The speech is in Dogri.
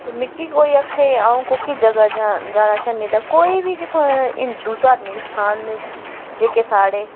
ते मिकी कोई आक्खै जे आ'ऊं कोह्की जगह् जाना चाह्न्नी तां कोई बी जेह्का हिंदू धार्मिक स्थान न जेह्के साढ़े